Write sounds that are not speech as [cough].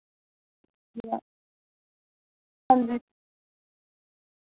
[unintelligible] हांजी